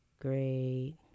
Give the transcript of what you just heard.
great